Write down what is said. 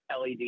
LED